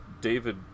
david